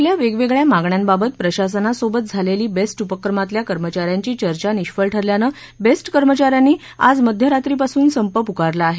आपल्या वेगवेगळ्या मागण्यांबाबत प्रशासनासोबत झालेली बेस्ट उपक्रमातल्या कर्मचाऱ्यांची चर्चा निष्फळ ठरल्यानं बेस्ट कर्मचाऱ्यांनी आज मध्यरात्रीरीपासून संप पुकारला आहे